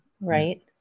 Right